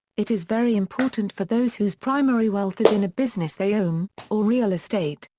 it is very important for those whose primary wealth is in a business they own, or real estate,